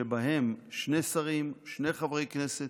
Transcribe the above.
שבהם שני שרים, שני חברי כנסת,